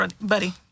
buddy